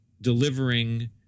delivering